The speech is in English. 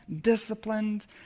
disciplined